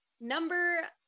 number